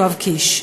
יואב קיש.